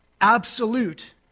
absolute